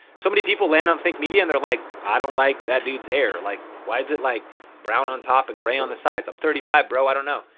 so many people land on think media and they're like, i don't like that dude's hair. like why is it like brown on top and gray on the sides? i'm thirty five bro, i don't know.